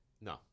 No